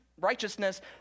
righteousness